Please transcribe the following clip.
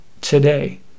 today